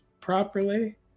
properly